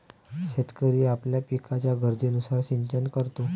शेतकरी आपल्या पिकाच्या गरजेनुसार सिंचन करतो